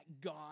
God